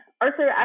Arthur